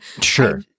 sure